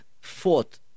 fought